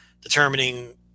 determining